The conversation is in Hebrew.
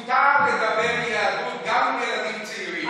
מותר לדבר על יהדות גם עם ילדים צעירים.